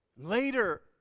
Later